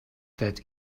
that